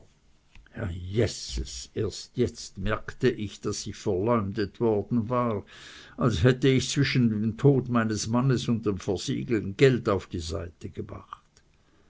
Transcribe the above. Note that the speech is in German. jeses jetzt erst merkte ich daß ich verleumdet worden war als hätte ich zwischen dem tod meines mannes und dem versiegeln geld auf die seite gemacht